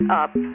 up